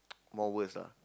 more worse lah